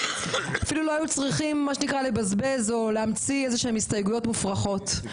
הם אפילו לא היו צריכים לבזבז או להמציא הסתייגויות מופרכות,